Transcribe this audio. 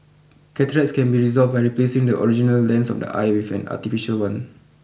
cataracts can be resolved by replacing the original lens of the eye with an artificial one